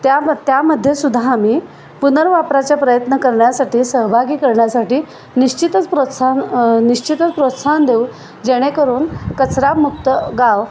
त्याम त्यामध्ये सुुद्धा आमी पुनर्वापराचा प्रयत्न करण्यासाठी सहभागी करण्यासाठी निश्चितच प्रोत्साहन निश्चितच प्रोत्साहन देऊ जेणेकरून कचरामुक्त गाव